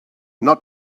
not